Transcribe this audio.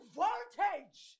voltage